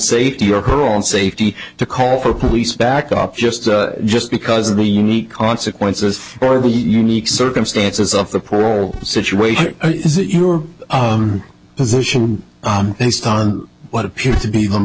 safety or her own safety to call for police backup just just because of the unique consequences or the unique circumstances of the poor situation is that your position based on what appeared to be